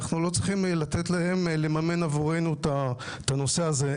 אנחנו לא צריכים לתת להם לממן עבורנו את הנושא הזה.